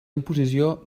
imposició